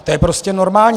To je prostě normální.